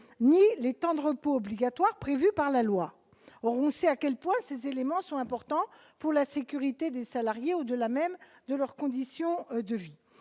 ni les temps de repos obligatoires. Or on sait à quel point ces éléments sont importants pour la sécurité des salariés, au-delà même de leurs conditions de vie.